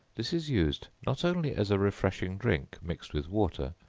this is used not only as a refreshing drink, mixed with water,